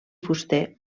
fuster